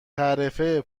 تعرفه